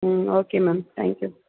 ம் okay ma'am thank you